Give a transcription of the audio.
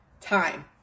time